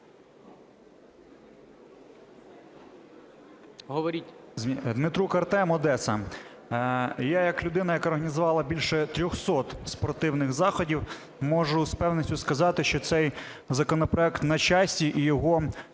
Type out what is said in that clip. Дмитрук Артем, Одеса. Я як людина, яка організувала більше 300 спортивних заходів, можу з певністю сказати, що цей законопроект на часі і його